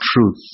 truth